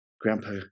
Grandpa